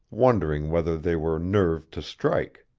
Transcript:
wondering whether they were nerved to strike.